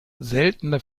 seltene